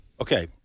okay